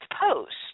post